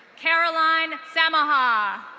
caroline samaha.